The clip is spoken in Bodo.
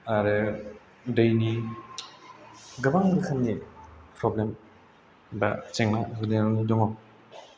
आरो दैनि गोबां रोखोमनि फ्रब्लेम दा जोंनाव गोलैनानै दङ